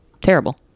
terrible